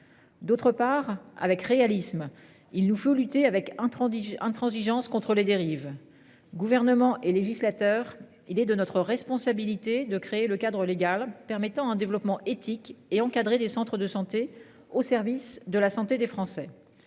D'autre part avec réalisme. Il nous faut lutter avec intransigeant intransigeance contre les dérives gouvernement et législateur, il est de notre responsabilité de créer le cadre légal permettant un développement éthique et encadrer des centres de santé au service de la santé des Français.